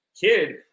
kid